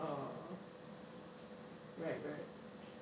oh right right